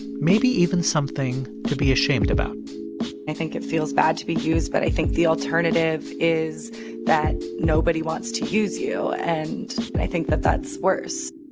maybe even something to be ashamed about i think it feels bad to be used. but i think the alternative is that nobody wants to use you. and i think that that's worse